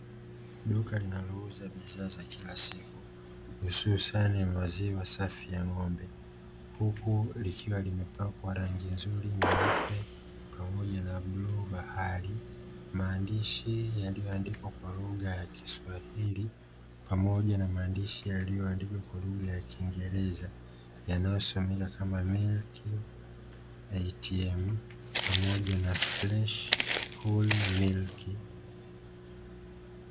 Duka inayouza bidhaa za kila siku hususan maziwa safi ya ng'ombe huku likiwa limepakwa rangi nzuri nyeupe pamoja na bluu bahari, maandishi yaliyoandikwa kwa lugha ya kiswahili pamoja na maandishi yaliyoandikwa kwa lugha ya kiingereza yanayosomea kama "milk ATM" pamoja na "fresh whole milk".